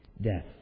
death